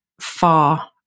far